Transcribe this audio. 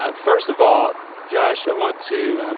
ah first of all josh, i want to